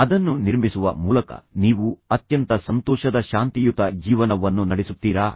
ಅದನ್ನು ನಿರ್ಮಿಸುವ ಮೂಲಕ ನೀವು ಅತ್ಯಂತ ಸಂತೋಷದ ಶಾಂತಿಯುತ ಜೀವನವನ್ನು ನಡೆಸುತ್ತೀರಾ